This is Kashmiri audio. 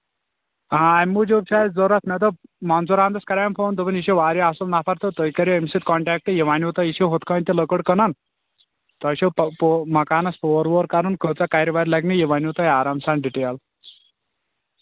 آ اَمہِ موٗجوٗب چھُ اَسہِ ضروٗرت مےٚ دوٚپ مَنظوٗر احمدَس کَریٛام فون دوٚپُن یہِ چھُ واریاہ اَصٕل نَفر تہٕ تُہۍ کٔرِو أمِس سۭتۍ کونٹیکٹ یہِ وَنوٕ تۄہہِ یہِ چھُ یِتھٕ کٔنۍ تہِ لٔکٕر کٕنان تۄہہِ چھُو مکانَس پوٚر ووٚر کَرُن کۭژاہ کَرِ وَرِ لگن یہِ وَنوٕ تۄہہِ آرام سان ڈِٹیل